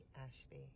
Ashby